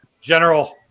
General